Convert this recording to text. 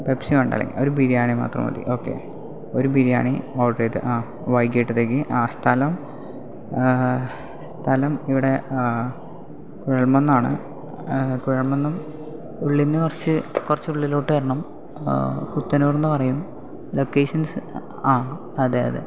Pepsi വേണ്ട ഒരു ബിരിയാണി മാത്രം മതി ഓക്കെ ഒരു ബിരിയാണി ഓർഡർ ചെയ്തു ആ വൈകീട്ടത്തേക്ക് ആ സ്ഥലം സഥലം ഇവിടെ കുഴിമണ്ണാണ് കുഴിമണ്ണം ഉള്ളിൽ നിന്ന് കുറച്ച് കുറച്ച് ഉള്ളിലോട്ട് വരണം പുത്തനൂർ എന്ന് പറയും ലൊക്കേഷൻസ് ആ അതെ അതെ